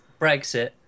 Brexit